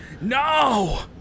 No